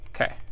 Okay